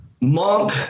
Monk